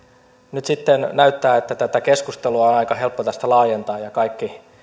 nyt sitten näyttää että tätä keskustelua on aika helppo tästä laajentaa ja kaikki